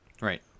Right